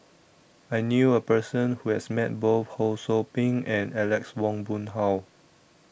I knew A Person Who has Met Both Ho SOU Ping and Alex Ong Boon Hau